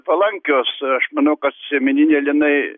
palankios aš manau kad sėmeniniai linai